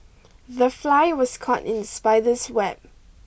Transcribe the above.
the fly was caught in spider's web